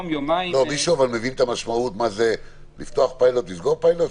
מישהו מבין את המשמעות של לפתוח פיילוט ולסגור פיילוט?